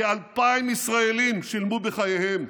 כ-2,000 ישראלים שילמו בחייהם.